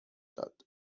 داد